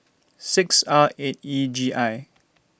six R eight E G I